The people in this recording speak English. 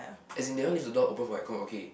as in they all leave the door open for Michael okay